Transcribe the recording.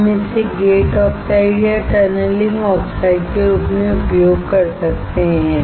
हम इसे gate oxide या टनलिंग ऑक्साइड के रूप में उपयोग कर सकते हैं